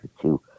two